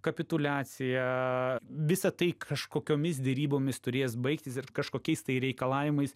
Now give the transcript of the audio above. kapituliacija visa tai kažkokiomis derybomis turės baigtis ir kažkokiais tai reikalavimais